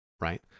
right